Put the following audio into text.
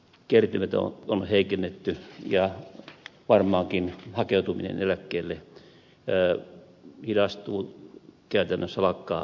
kertymiä on heikennetty ja varmaankin hakeutuminen eläkkeelle hidastuu käytännössä lakkaa kokonaan